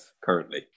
currently